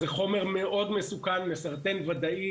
זה חומר מאוד מסוכן, מסרטן ודאי.